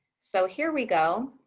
so here we go.